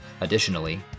Additionally